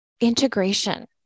integration